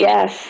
Yes